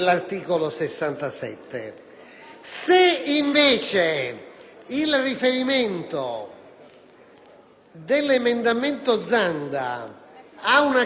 Se invece il riferimento dell'emendamento Zanda ha la caratteristica di